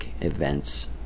events